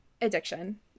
Addiction